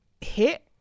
hit